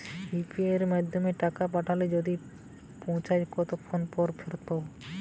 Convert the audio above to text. UPI য়ের মাধ্যমে টাকা পাঠালে যদি না পৌছায় কতক্ষন পর ফেরত হবে?